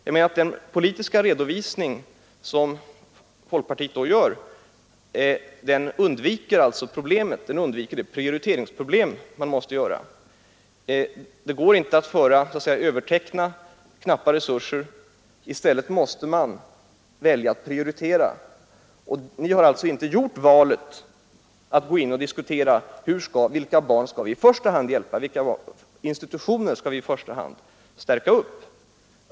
Jag menar att folkpartiets politiska redovisning undviker det prioriteringsproblem man står inför. Det går inte att så att säga överteckna knappa resurser. I stället måste man välja, prioritera. Ni har alltså inte diskuterat vilka barn vi i första hand skall hjälpa, vilka institutioner vi i första hand skall stärka.